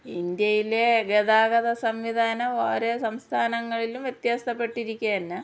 ഇന്ത്യയിലെ ഗതാഗത സംവിധാനം ഓരോ സംസ്ഥാനങ്ങളിലും വ്യത്യാസപ്പെട്ടിരിക്കുക തന്നെ